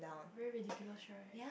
very ridiculous right